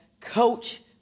coach